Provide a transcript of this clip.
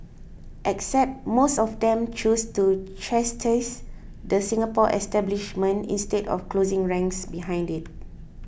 except most of them chose to chastise the Singapore establishment instead of 'closing ranks' behind it